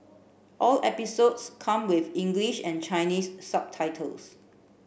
all episodes come with English and Chinese subtitles